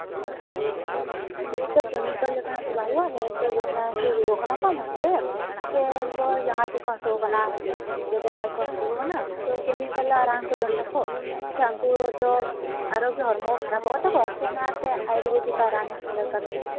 ᱱᱤᱭᱟᱹ ᱛᱚ ᱠᱮᱢᱤᱠᱮᱞ ᱞᱮᱠᱟᱱᱟᱜ ᱫᱚ ᱵᱟᱝ ᱦᱩᱭᱩᱜᱼᱟ ᱡᱮᱦᱮᱛᱩ ᱞᱟᱡ ᱦᱟᱹᱥᱩ ᱨᱩᱣᱟᱹᱜ ᱠᱟᱱᱟ ᱠᱚ ᱚᱱᱟᱛᱮ ᱥᱮᱠᱚ ᱡᱟᱸᱜᱟ ᱛᱤ ᱠᱚ ᱦᱟᱹᱥᱩ ᱠᱟᱱᱟ ᱥᱮ ᱞᱟᱡ ᱠᱚ ᱦᱟᱹᱥᱩ ᱠᱟᱱᱟ ᱛᱚ ᱠᱮᱢᱤᱠᱮᱞᱟᱜ ᱨᱟᱱ ᱠᱚ ᱡᱚᱢ ᱫᱟᱠᱚ ᱠᱤ ᱩᱱᱠᱩ ᱫᱚ ᱟᱨᱚ ᱦᱚᱲᱢᱚ ᱠᱷᱟᱨᱟᱯᱚᱜ ᱛᱟᱠᱚᱣᱟ ᱥᱮ ᱚᱱᱟ ᱛᱮ ᱟᱭᱩᱨᱵᱮᱫᱤᱠᱟᱜ ᱨᱟᱱ ᱫᱚᱨᱠᱟᱨ ᱠᱟᱱᱟ